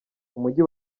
umujyi